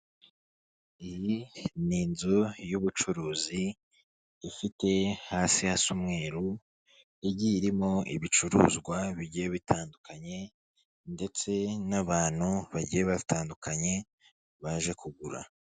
Iyi ni inzu y'ubucuruzi ifite hasi hasa umweru igiye irimo ibicuruzwa bigiye bitandukanye ndetse n'abantu bagiye batandukanye baje kugura.